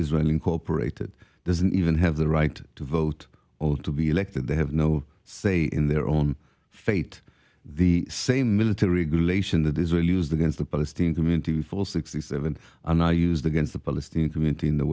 israel incorporated doesn't even have the right to vote or to be elected they have no say in their own fate the same military galatians that israel used against the palestinian community for sixty seven are now used against the palestinian community in the